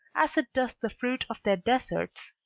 as it does the fruit of their desserts.